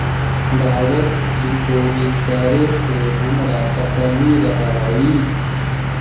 direct deposit करे से हमारा तसल्ली रहअ हई